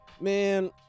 Man